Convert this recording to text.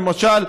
למשל,